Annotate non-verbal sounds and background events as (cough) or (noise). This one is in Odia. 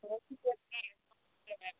(unintelligible)